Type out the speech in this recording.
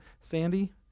Sandy